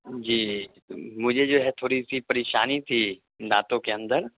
جی جی مجھے جو ہے تھوڑی سی پریشانی تھی دانتوں کے اندر